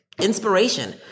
inspiration